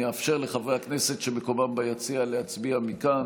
אני אאפשר לחברי הכנסת שמקומם ביציע להצביע מכאן.